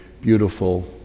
beautiful